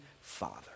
Father